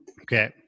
okay